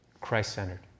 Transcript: Christ-centered